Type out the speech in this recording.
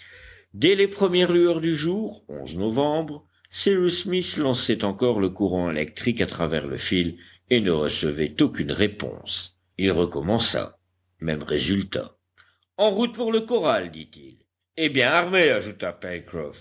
dès les premières lueurs du jour novembre cyrus smith lançait encore le courant électrique à travers le fil et ne recevait aucune réponse il recommença même résultat en route pour le corral dit-il et bien armés ajouta